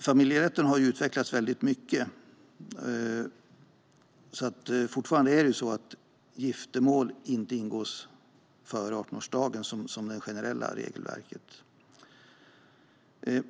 Familjerätten har utvecklats mycket, men giftermål får fortfarande inte ingås före 18-årsdagen enligt det generella regelverket.